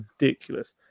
ridiculous